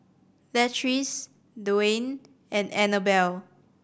Latrice Dwaine and Annabell